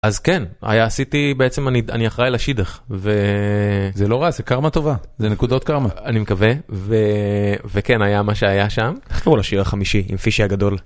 אז כן, עשיתי, בעצם אני אחראי לשידך, וזה לא רע, זה קרמה טובה, זה נקודות קרמה, אני מקווה, וכן, היה מה שהיה שם, תחפור לשיר החמישי עם פישי הגדול.